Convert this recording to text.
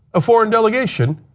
a foreign delegation,